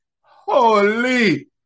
Holy